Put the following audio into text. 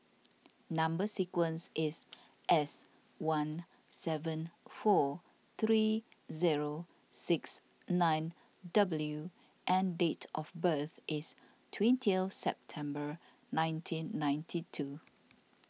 Number Sequence is S one seven four three zero six nine W and date of birth is twentieth September nineteen ninety two